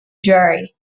jury